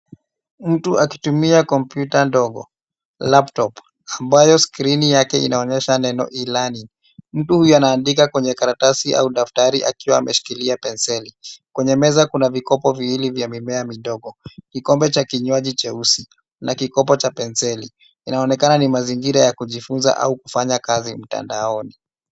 Mtu akitumia kompyuta ndogo laptop ambaye skrini yake inaonyesha neno e-learning . Mtu huyu anaandika kwenye karatasi au daftari akiwa ameshikilia penseli. Kwenye meza kuna vikopo viwili vya mimea midogo, kikombe cha kinywaji cheusi na kikopo cha penseli. Inaonekana ni mazingira ya kujifunza au kufanya kazi mtandaoni.